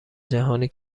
جهانی